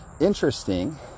interesting